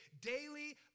daily